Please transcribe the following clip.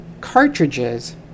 cartridges